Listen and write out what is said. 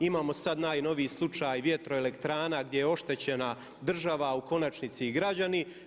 Imamo sad najnoviji slučaj vjetroelektrana gdje je oštećena država a u konačnici i građani.